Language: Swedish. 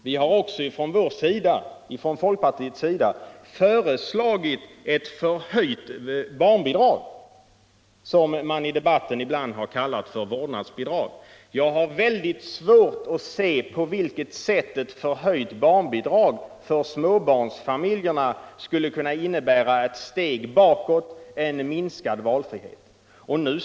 Vi har från folkpartiet också föreslagit ett förhöjt barnbidrag, som man i debatten ibland har kallat för vårdnadsbidrag. Jag har väldigt svårt att se på vilket sätt ett förhöjt barnbidrag för småbarnsfamiljerna skulle kunna innebära ett steg bakåt, en minskad valfrihet.